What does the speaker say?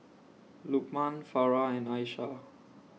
Lukman Farah and Aishah